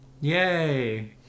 Yay